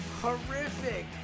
horrific